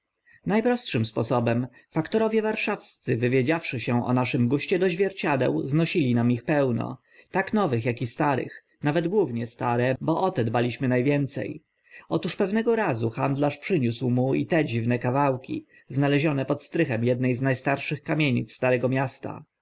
prostszym sposobem faktorowie warszawscy wywiedziawszy się o naszym guście do zwierciadeł znosili nam ich pełno tak nowych ak starych nawet głównie stare bo o te dbaliśmy na więce otóż pewnego razu handlarz przyniósł mu i te dziwne kawałki znalezione pod strychem edne z na starszych kamienic starego miasta